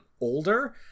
older